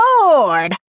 lord